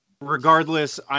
Regardless